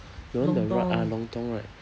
you know the wrap ah lontong right